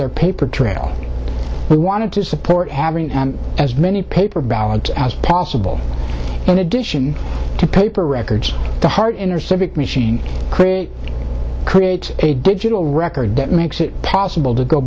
their paper trail we wanted to support having as many paper ballots as possible in addition to paper records the heart intercept machine creates a digital record that makes it possible to go